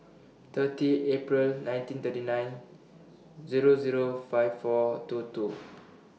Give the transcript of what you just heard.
thirty April nineteen thirty nine Zero Zero five four two two